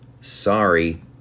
Sorry